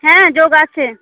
হ্যাঁ যোগ আছে